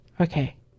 Okay